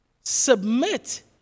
Submit